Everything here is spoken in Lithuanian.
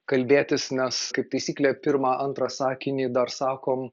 kalbėtis nes kaip taisyklė pirmą antrą sakinį dar sakom